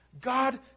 God